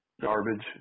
garbage